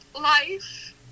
life